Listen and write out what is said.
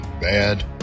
bad